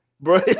Bro